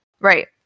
Right